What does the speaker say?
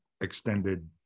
extended